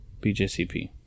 BJCP